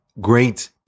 great